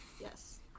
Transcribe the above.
Yes